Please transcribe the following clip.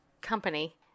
company